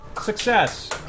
Success